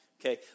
Okay